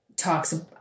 talks